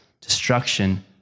Destruction